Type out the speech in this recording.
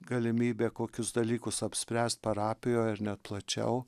galimybė kokius dalykus apspręst parapijoj ar net plačiau